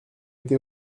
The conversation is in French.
été